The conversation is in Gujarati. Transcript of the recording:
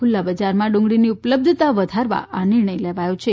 ખુલ્લા બજારમાં ડુંગળીની ઉપલબ્ધતા વધારવા આ નિર્ણય લેવામાં આવ્યો છે